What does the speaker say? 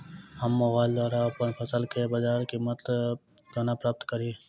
हम मोबाइल द्वारा अप्पन फसल केँ बजार कीमत कोना प्राप्त कड़ी?